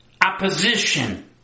opposition